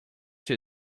two